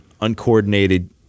uncoordinated